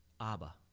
Abba